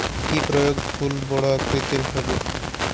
কি প্রয়োগে ফুল বড় আকৃতি হবে?